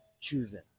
choosing